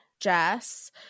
Jess